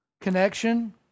Connection